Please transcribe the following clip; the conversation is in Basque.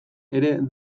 ere